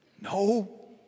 No